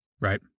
Right